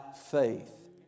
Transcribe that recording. faith